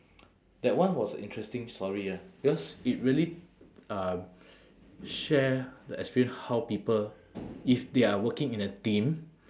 that one was a interesting story ah because it really uh share the experience how people if they are working in a team